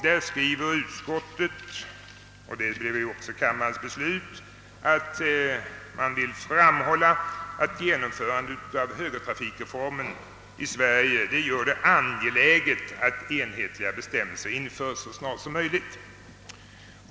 Utskottet skrev — och det blev också kammarens beslut — att man vill framhålla att genomförandet av högertrafikreformen i Sverige gör det angeläget att enhetliga bestämmelser införs så snart som möjligt.